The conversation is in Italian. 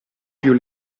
più